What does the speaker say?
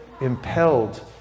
impelled